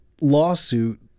lawsuit